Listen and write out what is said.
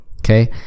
okay